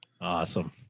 Awesome